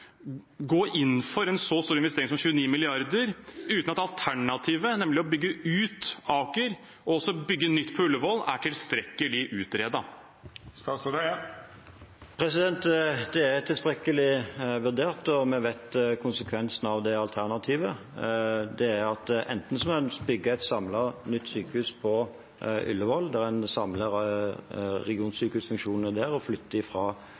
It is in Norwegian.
gå inn for en så stor investering som 29 mrd. kr uten at alternativet, nemlig å bygge ut Aker og bygge nytt på Ullevål, er tilstrekkelig utredet? Det er tilstrekkelig vurdert, og vi vet konsekvensene av det alternativet. Det å bygge et samlet, nytt sykehus på Ullevål, å samle regionsykehusfunksjonene der og flytte fra Rikshospitalet, vil koste opp mot 12 mrd. kr mer og